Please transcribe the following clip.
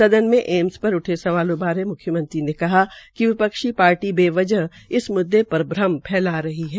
सदन में एम्स पर उठ सवालों वारे मुख्यमंत्री ने कहा कि विपक्षी पार्टी बेवजह इस म्द्दे पर भ्रम फैसला रही है